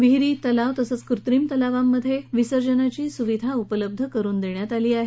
विहिरी तलाव तसंच कृत्रीम तलावांमध्ये विसर्जनाची सुविधा उपलब्ध करून देण्यात आली आहे